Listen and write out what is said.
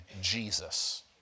Jesus